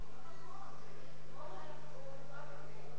(מענקי עידוד למפעלים במגזר הערבי),